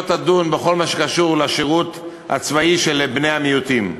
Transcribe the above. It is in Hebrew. תדון בכל מה שקשור לשירות הצבאי של בני המיעוטים?